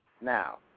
Now